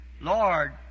Lord